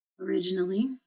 originally